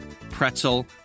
pretzel